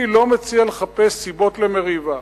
אני לא מציע לחפש סיבות למריבה.